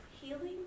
healing